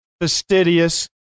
fastidious